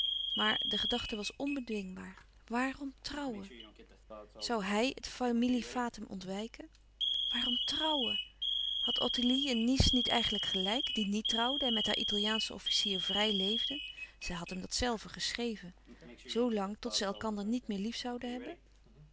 maar de gedachte was onbedwingbaar waarom troùwen zoû hij het familie fatum ontwijken waarom troùwen had ottilie in nice niet eigenlijk gelijk die niet trouwde en met haar italiaanschen officier vrij leefde zij had hem dat zelve geschreven zoo lang tot zij elkander niet meer lief zouden hebben